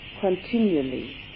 continually